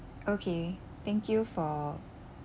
okay thank you for